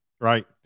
right